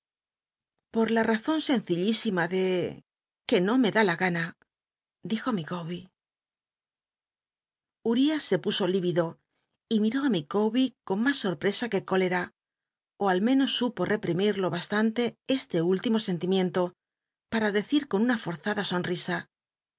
por la razon sencillísima de que no me dá la gana dijo micawber uriah se puso lirido y miró á micawber con mas sorpresa que cóleta ó al menos supo reprimir lo bastante este último sentimiento para decir con una forzada somisa